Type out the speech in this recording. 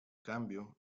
cambio